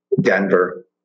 Denver